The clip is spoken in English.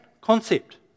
concept